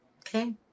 okay